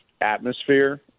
atmosphere